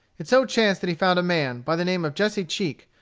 it so chanced that he found a man, by the name of jesse cheek,